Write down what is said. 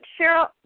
Cheryl